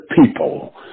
people